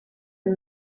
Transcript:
und